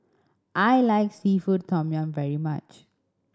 I like seafood tom yum very much